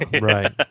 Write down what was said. Right